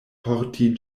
porti